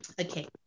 okay